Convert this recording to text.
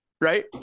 right